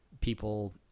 people